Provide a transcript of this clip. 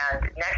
next